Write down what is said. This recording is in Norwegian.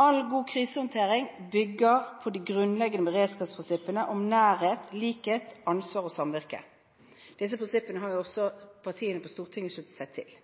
All god krisehåndtering bygger på de grunnleggende beredskapsprinsippene om nærhet, likhet, ansvar og samvirke. Disse prinsippene har også partiene på Stortinget sluttet seg til.